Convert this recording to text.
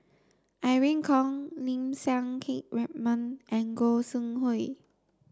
Irene Khong Lim Siang Keat Raymond and Gog Sing Hooi